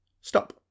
stop